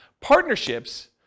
Partnerships